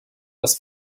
das